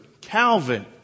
Calvin